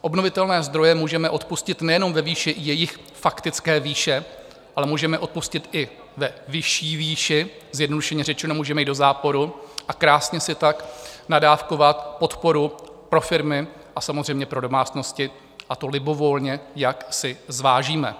Obnovitelné zdroje můžeme odpustit nejenom ve výši jejich faktické výše, ale můžeme odpustit i ve vyšší výši, zjednodušeně řečeno, můžeme jít do záporu a krásně si tak nadávkovat podporu pro firmy a samozřejmě pro domácnosti, a to libovolně, jak si zvážíme.